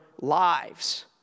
lives